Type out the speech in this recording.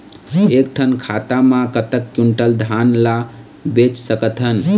एक ठन खाता मा कतक क्विंटल धान ला बेच सकथन?